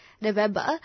November